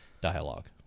dialogue